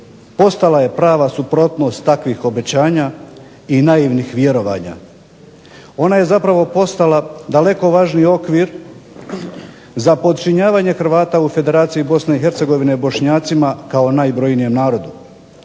postala je prava suprotnost takvih obećanja i naivnih vjerovanja. Ona je zapravo postala daleko važniji okvir za podčinjavanje Hrvata u Federaciji BiH Bošnjacima kao najbrojnijem narodu.